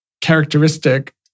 characteristic